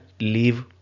leave